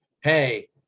Hey